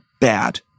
bad